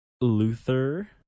Luther